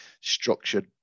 structured